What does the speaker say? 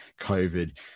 COVID